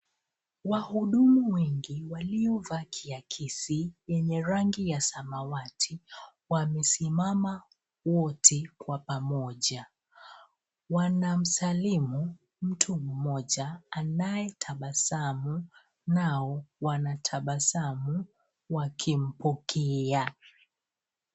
Wahudumu wengi waliovaa kiakisi yenye rangi ya samawati, wamesimama wote kwa pamoja. Wanamsalimu mtu mmoja anayetabasamu, nao wanatabasamu wakimpokea.